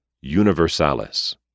Universalis